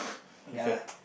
ya